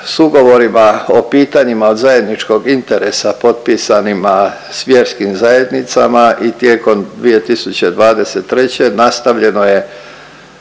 s ugovorima o pitanjima od zajedničkog interesa potpisanima s vjerskim zajednicama i tijekom 2023. nastavljeno je